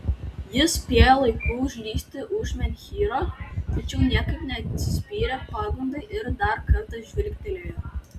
jis spėjo laiku užlįsti už menhyro tačiau niekaip neatsispyrė pagundai ir dar kartą žvilgtelėjo